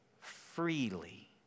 freely